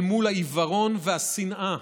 אל מול העיוורון והשנאה